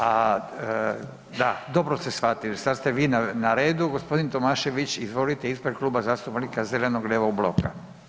A da, dobro ste shvatili sad ste vi na redu, g. Tomašević izvolite ispred Kluba zastupnika zeleno-lijevog bloka.